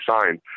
signed